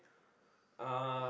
uh